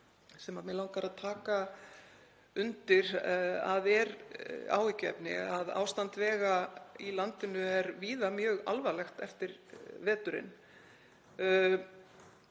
sem mig langar að taka undir að er áhyggjuefni, ástand vega í landinu er víða mjög alvarlegt eftir veturinn.